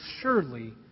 surely